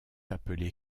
appelé